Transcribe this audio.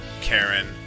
Karen